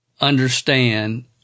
understand